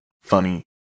funny